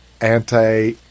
anti